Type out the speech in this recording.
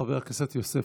חבר הכנסת יוסף